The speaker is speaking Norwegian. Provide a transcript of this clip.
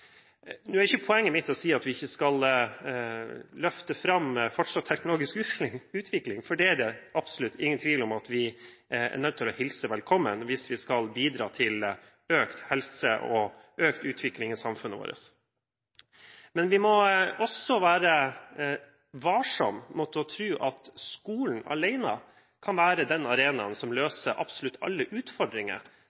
Nå er ikke poenget mitt å si at vi ikke skal løfte fram teknologisk utvikling fortsatt, for det er det absolutt ingen tvil om at vi er nødt til å hilse velkommen hvis vi skal bidra til økt helse og økt utvikling i samfunnet vårt. Men vi må også være varsom med å tro at skolen alene kan være den arenaen som